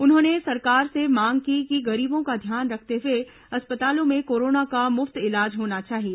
उन्होंने सरकार से मांग की कि गरीबों का ध्यान रखते हुए अस्पतालों में कोरोना का मुफ्त इलाज होना चाहिए